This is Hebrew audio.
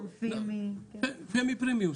פמי פרמיום.